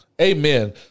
Amen